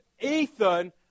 Ethan